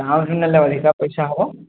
ଟାଉନରେ ନେଲେ ଅଧିକା ପଇସା ହେବ